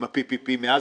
עם ה-PPP מאז,